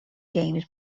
games